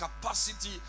capacity